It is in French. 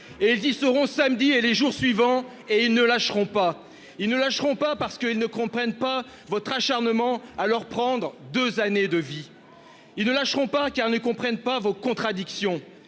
ils y seront samedi et les jours suivants, ils ne lâcheront pas ! Ils ne lâcheront pas, car ils ne comprennent pas votre acharnement à leur prendre deux années de leur vie. Ils ne lâcheront pas, car ils ne comprennent pas vos contradictions.